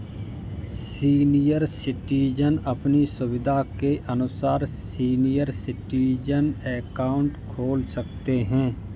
senior citizen अपनी सुविधा के अनुसार सीनियर सिटीजन अकाउंट खोल सकते है